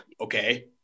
okay